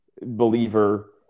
believer